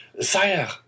sire